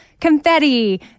confetti